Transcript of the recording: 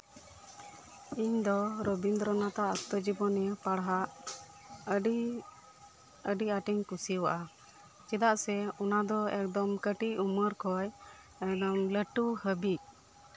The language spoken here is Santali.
ᱤᱧ ᱫᱚ ᱨᱚᱵᱤᱱᱫᱨᱚᱱᱟᱛᱷ ᱟᱜ ᱟᱛᱛᱚ ᱡᱤᱵᱚᱱᱤ ᱯᱟᱲᱦᱟᱜ ᱟᱹᱰᱤᱧ ᱟᱹᱰᱤ ᱟᱸᱴ ᱤᱧ ᱠᱩᱥᱤᱭᱟᱜᱼᱟ ᱪᱮᱫᱟᱜ ᱥᱮ ᱚᱱᱟ ᱫᱚ ᱮᱠᱫᱚᱢ ᱠᱟᱹᱴᱤᱡ ᱩᱢᱮᱨ ᱠᱷᱚᱱ ᱮᱠᱫᱚᱢ ᱞᱟᱹᱴᱩ ᱦᱟᱹᱵᱤᱡ